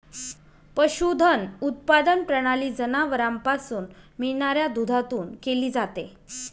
पशुधन उत्पादन प्रणाली जनावरांपासून मिळणाऱ्या दुधातून केली जाते